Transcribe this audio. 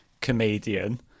comedian